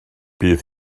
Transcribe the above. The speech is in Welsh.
bydd